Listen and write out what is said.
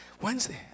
Wednesday